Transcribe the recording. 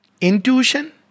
intuition